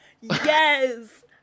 Yes